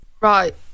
Right